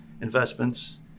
investments